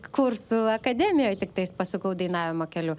kursų akademijoj tiktais pasukau dainavimo keliu